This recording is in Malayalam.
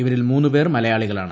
ഇവരിൽ മൂന്ന് പേർ മലയാളികളാണ്